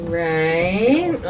right